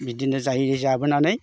बिदिनो जायै जाबोनानै